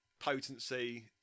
potency